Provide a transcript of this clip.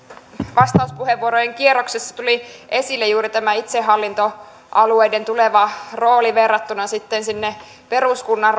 vastauspuheenvuorojen kierroksessa tuli esille juuri tämä itsehallintoalueiden tuleva rooli verrattuna sitten sen peruskunnan